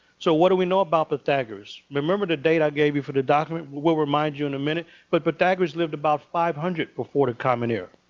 so what do we know about the pythagoras. remember the date i gave you for the document? we'll we'll remind you in a minute. but pythagoras lived about five hundred before the common era.